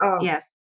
Yes